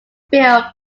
build